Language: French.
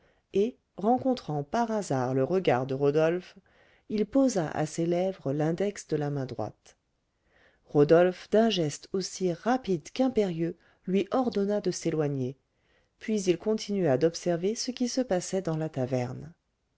et rencontrant par hasard le regard de rodolphe il porta à ses lèvres l'index de la main droite rodolphe d'un geste aussi rapide qu'impérieux lui ordonna de s'éloigner puis il continua d'observer ce qui se passait dans la taverne